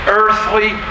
earthly